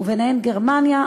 ובהן גרמניה,